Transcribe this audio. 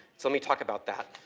so let me talk about that.